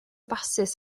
basys